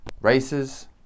races